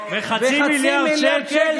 וחצי מיליארד שקל?